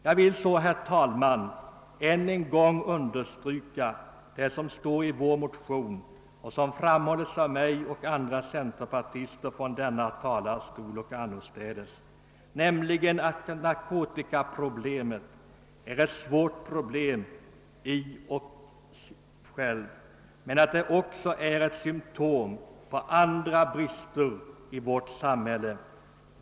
Jag vill, herr talman, än en gång understryka vad som sägs i våra motioner och även har framhållits av mig och andra centerpartister från denna talarstol och annorstädes, nämligen att narkotikamissbruket i sig självt är ett svårt problem men också ett symtom på brister i vårt samhälle.